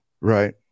Right